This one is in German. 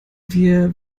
wir